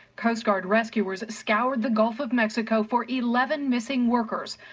coastguard rescuers scoured the gulf of mexico for eleven missing workers,